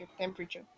temperature